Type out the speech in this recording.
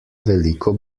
veliko